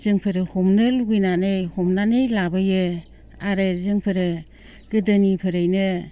जोंफोरो हमनो लुबैनानै हमनानै लाबोयो आरो जोंफोर गोदोनिफ्रायनो